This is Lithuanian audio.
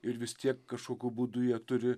ir vis tiek kažkokiu būdu jie turi